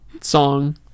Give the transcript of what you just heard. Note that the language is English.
song